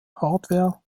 hardware